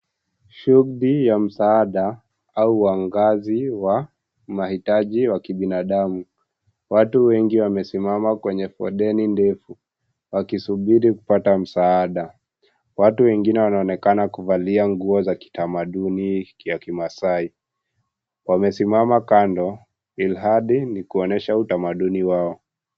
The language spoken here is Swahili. Shughuli ya msaada au waangazi wa mahitaji wa binadamu. Watu wengi wamesimama kwenye foleni ndefu wakisubiri kupata msaada. Watu wengine wanaonekana kuvalia nguo za kitamaduni ya kimaasai. Wamesimama kando ilhadi ni kuonyesha utamaduni wao.